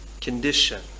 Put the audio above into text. condition